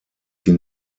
sie